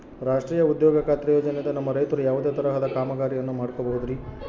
ರಾಷ್ಟ್ರೇಯ ಉದ್ಯೋಗ ಖಾತ್ರಿ ಯೋಜನೆಯಿಂದ ನಮ್ಮ ರೈತರು ಯಾವುದೇ ತರಹದ ಕಾಮಗಾರಿಯನ್ನು ಮಾಡ್ಕೋಬಹುದ್ರಿ?